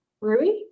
Rui